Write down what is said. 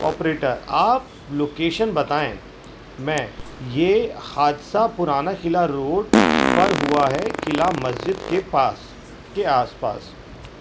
operator آپ location بتائیں میں یہ حادثہ پرانا قلعہ روڈ پر ہوا ہے قلعہ مسجد کے پاس کے آس پاس